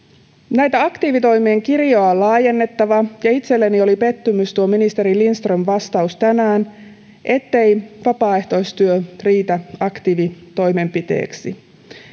aktiivitoimien kirjoa on laajennettava ja itselleni oli pettymys ministeri lindströmin vastaus tänään ettei vapaaehtoistyö riitä aktiivitoimenpiteeksi